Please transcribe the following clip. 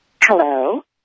Hello